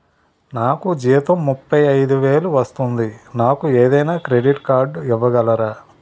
నాకు జీతం ముప్పై ఐదు వేలు వస్తుంది నాకు ఏదైనా క్రెడిట్ కార్డ్ ఇవ్వగలరా?